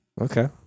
Okay